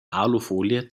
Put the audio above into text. alufolie